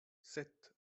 sept